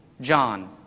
John